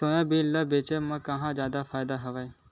Soybean ल कहां बेचे म जादा फ़ायदा हवय?